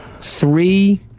three